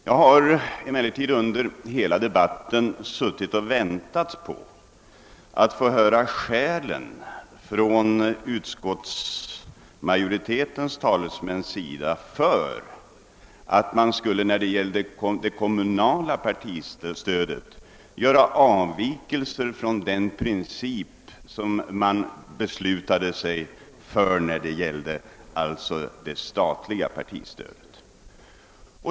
Under hela debatten har jag emellertid väntat på att av utskottsmajoritetens talesmän få höra skälen till att man i fråga om det kommunala partistödet skall göra avvikelser från den princip som har fastställts för det statliga partistödet.